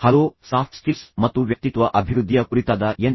hello soft skills ಮತ್ತು ವ್ಯಕ್ತಿತ್ವ ಅಭಿವೃದ್ಧಿಯ ಕುರಿತಾದ ಎನ್